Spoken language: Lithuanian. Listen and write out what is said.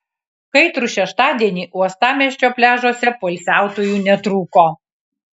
kaitrų šeštadienį uostamiesčio pliažuose poilsiautojų netrūko